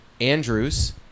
Andrews